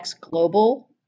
global